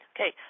Okay